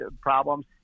problems